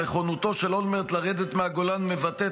"נכונותו של אולמרט לרדת מהגולן מבטאת